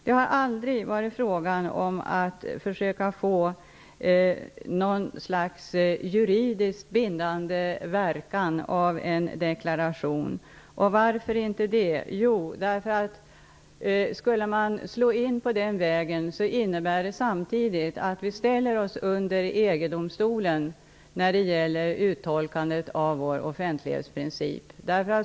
Det har aldrig varit fråga om att försöka få något slags juridiskt bindande verkan av en deklaration. Varför inte det? Därför att om man skulle slå in på den vägen skulle det innebära att vi ställer oss under EG-domstolen när det gäller uttolkandet av vår offentlighetsprincip.